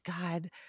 God